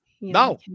no